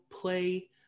play